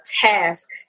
task